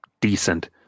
decent